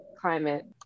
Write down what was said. climate